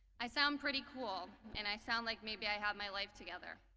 i sound pretty cool and i sound like maybe i have my life together.